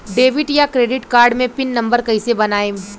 Debit या credit card मे PIN number कैसे बनाएम?